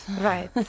Right